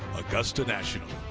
augusta national.